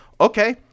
Okay